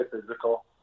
physical